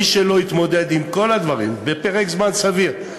מי שלא יתמודד עם כל הדברים בפרק זמן סביר,